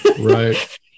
Right